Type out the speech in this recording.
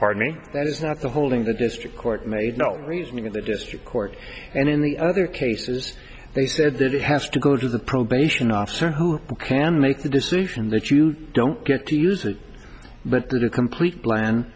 of me that is not the holding the district court made no reasoning in the district court and in the other cases they said that it has to go to the probation officer who can make the decision that you don't get to use it but that a complete land